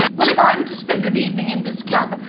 well, if i'm to spend an evening in this club,